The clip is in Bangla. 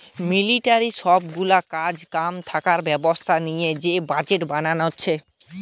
মিলিটারির সব গুলা কাজ কাম থাকা ব্যবস্থা লিয়ে যে বাজেট বানাচ্ছে